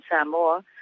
Samoa